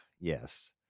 Yes